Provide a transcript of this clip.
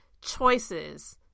choices